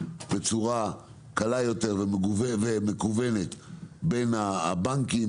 בצורה קלה ומגוונת בין הבנקים.